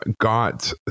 Got